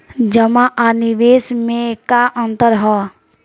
जमा आ निवेश में का अंतर ह?